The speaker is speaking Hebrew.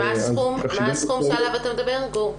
מה הסכום שעליו אתה מדבר, גור?